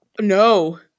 No